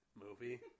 movie